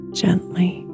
gently